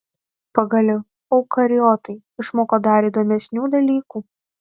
pagaliau eukariotai išmoko dar įdomesnių dalykų